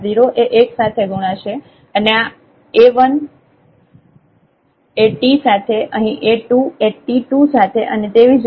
તેથી a0 એ 1 સાથે ગુણાશે અને આ a1 એ t સાથે અહીં a2 એ t2 સાથે અને તેવી જ રીતે આગળ